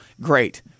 great